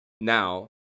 now